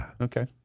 Okay